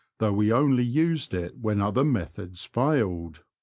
though we only used it when other methods failed.